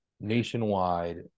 nationwide